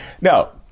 Now